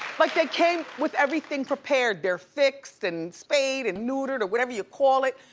like they came with everything prepared, they're fixed and spayed and neutered or whatever you call it.